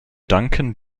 danken